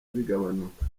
bigabanuka